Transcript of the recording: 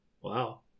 wow